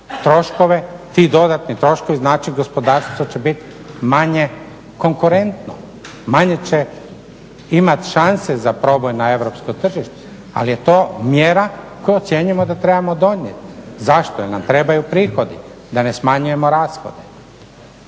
troškove. Ti dodatni troškovi znači gospodarstvo će biti manje konkurentno, manje će imati šanse za proboj na europsko tržište. Ali je to mjera koju ocjenjujemo da trebamo donijeti. Zašto? Jer nam trebaju prihodi, da ne smanjujemo rashode.